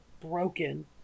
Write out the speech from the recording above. broken